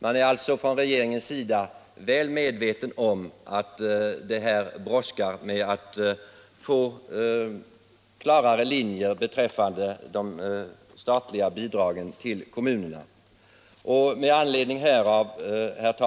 Man är alltså från regeringens sida väl medveten om att det brådskar med att få klarare linjer i fråga om de statliga bidragen till kommunerna.